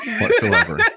whatsoever